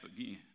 again